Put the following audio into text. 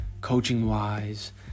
Coaching-wise